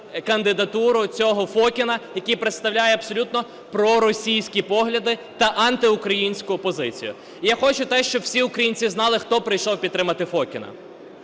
кандидатуру, цього Фокіна, який представляє абсолютно проросійські погляди та антиукраїнську позицію. Я хочу теж, щоб всі українці знали, хто прийшов підтримати Фокіна.